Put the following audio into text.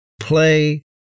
play